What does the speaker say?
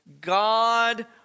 God